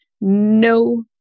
no